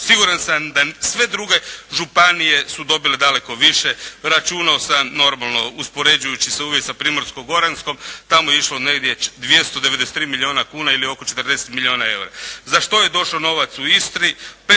Siguran sam da sve druge županije su dobile daleko više. Računao sam normalno uspoređujući se uvijek sa Primorsko-goranskom. Tamo je išlo negdje 293 milijuna kuna ili oko 40 milijuna eura. Za što je došao novac u Istri?